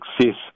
success